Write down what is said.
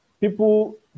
people